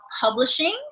publishing